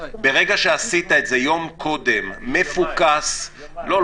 ברגע שעשית את זה יום קודם, מפוקס, זה